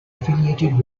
affiliated